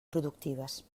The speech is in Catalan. productives